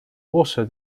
also